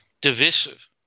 divisive